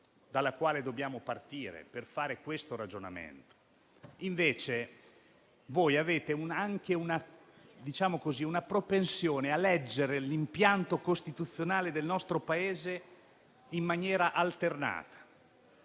dalla quale dobbiamo partire per fare questo ragionamento. Invece, voi avete una propensione a leggere l'impianto costituzionale del nostro Paese in maniera alternata.